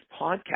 podcast